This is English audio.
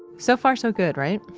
so far, so good, right?